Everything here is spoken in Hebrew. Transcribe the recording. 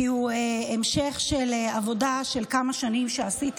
כי הוא המשך של עבודה של כמה שנים שעשיתי